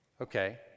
okay